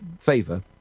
favor